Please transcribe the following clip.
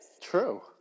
True